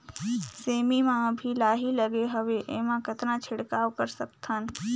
सेमी म अभी लाही लगे हवे एमा कतना छिड़काव कर सकथन?